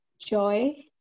joy